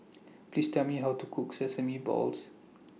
Please Tell Me How to Cook Sesame Balls